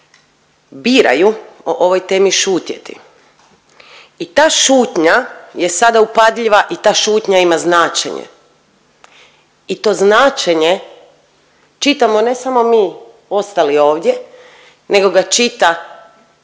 biraju o ovoj temi šutjeti. I ta šutnja je sada upadljiva i ta šutnja ima značenje i to značenje čitamo ne samo mi ostali ovdje nego ga čita